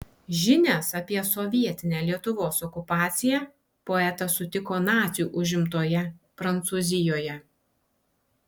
žinias apie sovietinę lietuvos okupaciją poetas sutiko nacių užimtoje prancūzijoje